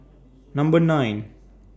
Number nine